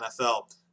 NFL